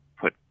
put